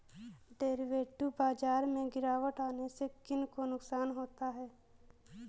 Derivative बाजार में गिरावट आने से किन को नुकसान होता है?